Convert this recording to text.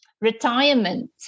retirement